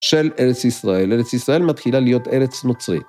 של ארץ ישראל. ארץ ישראל מתחילה להיות ארץ נוצרית.